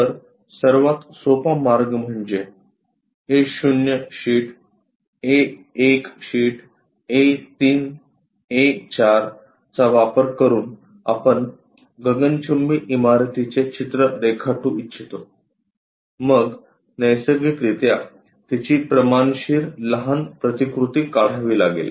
तर सर्वात सोपा मार्ग म्हणजे A 0 sheet A 1 sheet A 3 A 4 चा वापर करून आपण गगनचुंबी इमारतीचे चित्र रेखाटू इच्छितो मग नैसर्गिकरित्या तीची प्रमाणशीर लहान प्रतिकृति काढावी लागेल